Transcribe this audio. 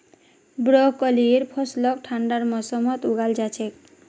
ब्रोकलीर फसलक ठंडार मौसमत उगाल जा छेक